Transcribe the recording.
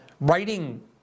writing